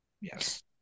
Yes